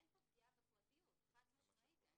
אין פה פגיעה בפרטיות באופן חד-משמעי.